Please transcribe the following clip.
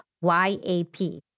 Y-A-P